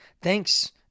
Thanks